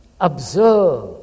observe